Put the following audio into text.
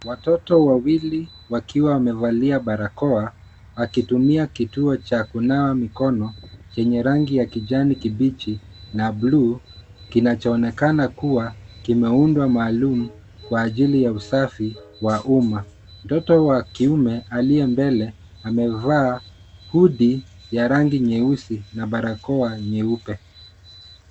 Watoto wawili wakiwa wamevalia barakoa, wakitumia kituo cha kunawa mikono chenye rangi ya kijani kibichi na bluu, kinachoonekana kuwa kimeundwa maalum kwa ajili ya usafi wa umma. Mtoto wa kiume aliye mbele amevaa hoodie ya rangi nyeusi na barakoa nyeupe.